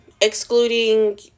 excluding